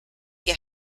que